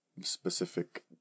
specific